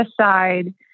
aside